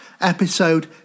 episode